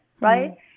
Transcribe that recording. right